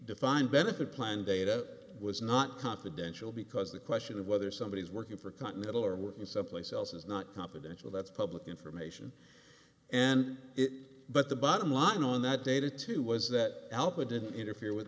defined benefit plan data was not confidential because the question of whether somebody is working for continental or working someplace else is not confidential that's public information and it but the bottom line on that data too was that alpa didn't interfere with